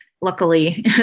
luckily